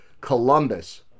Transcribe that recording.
Columbus